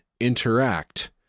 interact